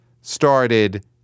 started